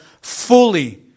fully